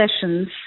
sessions